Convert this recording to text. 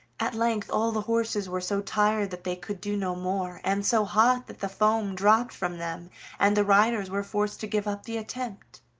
at length all the horses were so tired that they could do no more, and so hot that the foam dropped from them and the riders were forced to give up the attempt.